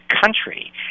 country